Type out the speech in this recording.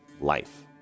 life